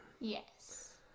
Yes